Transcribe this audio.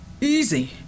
Easy